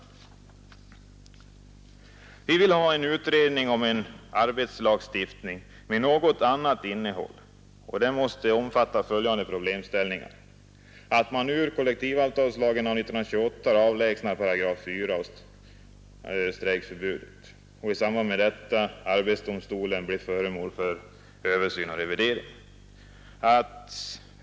Vi vill ha en utredning om en arbetslagstiftning med något annat innehåll. Den måste omfatta följande problemställningar: Man skall ur kollektivavtalslagen av 1928 avlägsna 4 § om strejkförbudet och arbetsdomstolen skall i samband därmed bli föremål för översyn och revidering.